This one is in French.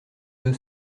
deux